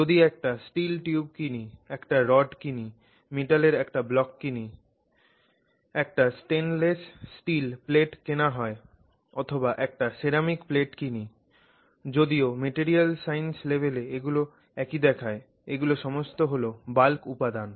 যদি একটা steel tube কিনি একটা রড কিনি মেটালের একটা ব্লক কিনি একটা স্টেইনলেস স্টিল প্লেট কেনা হয় অথবা একটা সেরামিক প্লেট কিনি যদিও মেটেরিয়াল সাইন্স লেভেলে এগুলো একই দেখায় এগুলো সমস্ত হল বাল্ক উপাদান